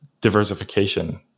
diversification